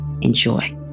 enjoy